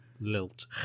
lilt